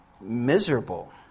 Miserable